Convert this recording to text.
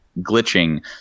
glitching